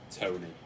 Tony